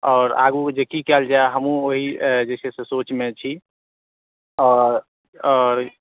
आओर आगू जे की कयल जै हमहुँ ओहि विषयसे सोचमे छी आओर आओर